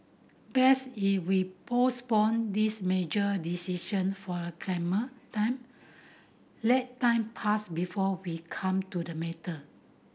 best if we postponed this major decision for a claimer time let time pass before we come to the matter